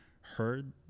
heard